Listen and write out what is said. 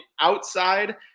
outside